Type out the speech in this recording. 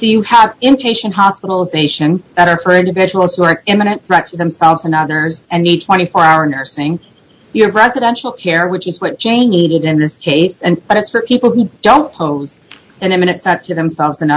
so you have inpatient hospitalization that are for individuals who are an imminent threat to themselves and others and a twenty four hour nursing residential care which is what jane needed in this case and it's for people who don't pose an imminent threat to themselves and